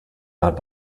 not